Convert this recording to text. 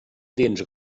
dents